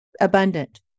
abundant